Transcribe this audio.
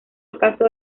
ocaso